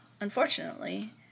Unfortunately